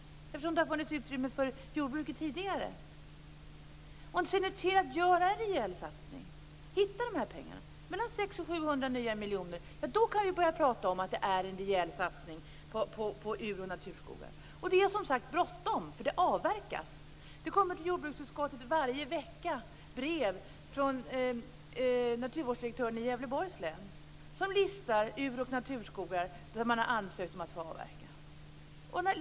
Det har ju funnits utrymme för jordbruket tidigare. Se nu till att göra en rejäl satsning! Hitta de här pengarna! Mellan 600 och 700 nya miljoner skulle innebära att vi kan börja prata om att det är en rejäl satsning på ur och naturskogar. Det är som sagt bråttom. Det avverkas. Till jordbruksutskottet kommer det varje vecka brev från naturvårdsdirektören i Gävleborgs län som listar uroch naturskogar som man har ansökt om att få avverka.